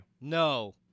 No